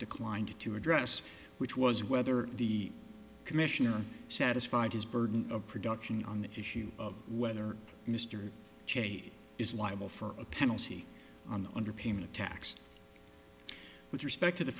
declined to address which was whether the commissioner satisfied his burden of production on the issue of whether mr cheney is liable for a penalty on the underpayment tax with respect to the